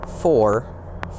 four